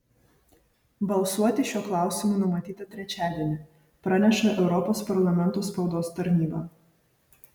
balsuoti šiuo klausimu numatyta trečiadienį praneša europos parlamento spaudos tarnyba